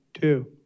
two